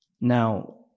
Now